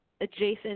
adjacent